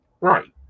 right